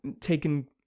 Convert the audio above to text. taken